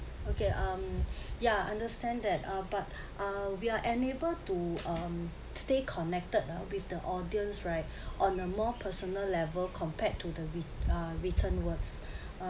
okay um yeah understand that uh but uh we are unable to um stay connected with the audience right on a more personal level compared to the wri~ written words uh